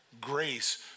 Grace